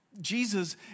Jesus